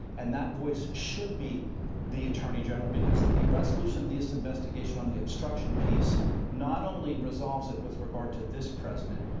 and that voice should be the attorney general, because the resolution of this investigation on the obstruction piece not only resolves it with regard to this president,